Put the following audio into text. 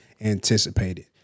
anticipated